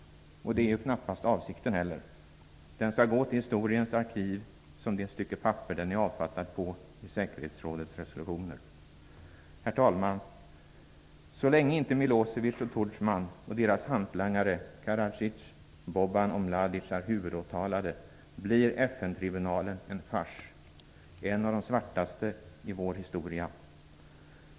Det är ju knappast heller avsikten. Den skall gå till historiens arkiv som det stycke papper, den är avfattad på i säkerhetsrådets resolutioner. Herr talman! Så länge inte Milosevic och Tudjman, och deras hantlangare Karadzic, Boban och Mladic är huvudåtalade, blir FN-tribunalen en fars. Det blir en av de svartaste i vår historia.